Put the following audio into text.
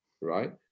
right